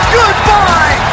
goodbye